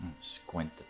Squint